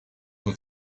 quoi